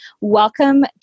welcome